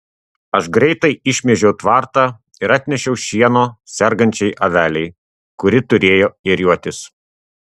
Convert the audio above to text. aš greitai išmėžiau tvartą ir atnešiau šieno sergančiai avelei kuri turėjo ėriuotis